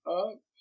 up